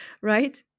right